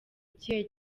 ikihe